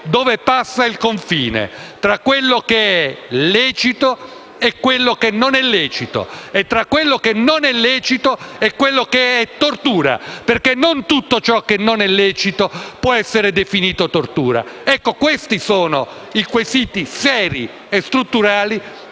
dove passa il confine tra quanto è lecito e quanto non è lecito e tra quanto non è lecito e quanto è tortura; perché non tutto ciò che non è lecito può essere definito tortura. Questi sono i quesiti seri e strutturali